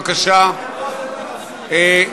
מסכם הדיון, סגן שר האוצר חבר הכנסת מיקי לוי.